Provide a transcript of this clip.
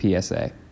PSA